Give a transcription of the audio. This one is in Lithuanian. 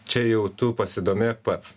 čia jau tu pasidomėk pats